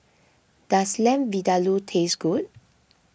does Lamb Vindaloo taste good